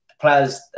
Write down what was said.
players